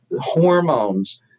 hormones